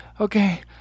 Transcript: okay